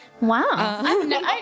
Wow